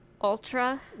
ultra